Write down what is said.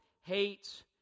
hates